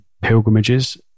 pilgrimages